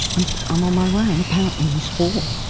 i'm i'm on my way. and apparently he swore,